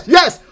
Yes